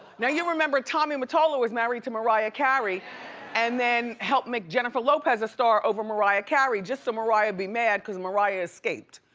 now you remember tommy mottola was married to mariah carey and then helped make jennifer lopez a star over mariah carey just so mariah be mad cause mariah escaped.